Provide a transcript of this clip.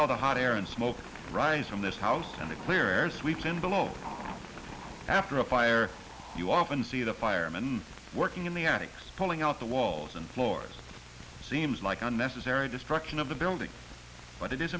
how the hot air and smoke rise from this house and the clear air sweeps in below after a fire you often see the firemen working in the attics pulling out the walls and floors seems like unnecessary destruction of the building but it is